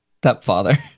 stepfather